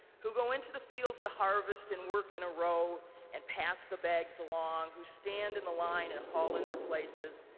who goes into the fields to harvest and work in a row and pass the bags along, who stand in the line and haul in their places,